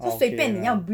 ah okay lah